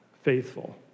faithful